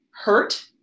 hurt